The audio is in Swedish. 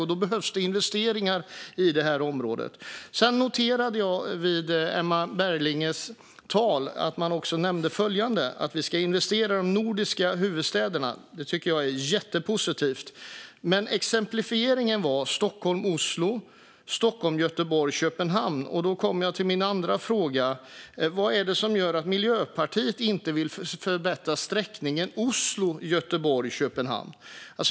I så fall behövs investeringar i det området. Jag noterade också att Emma Berginger i sitt anförande nämnde att vi ska investera i de nordiska huvudstäderna. Det tycker jag är jättepositivt. Men exemplen var Stockholm-Oslo och Stockholm-Göteborg-Köpenhamn. Då kommer jag till min andra fråga. Vad är det som gör att Miljöpartiet inte vill förbättra sträckningen Oslo-Göteborg-Köpenhamn?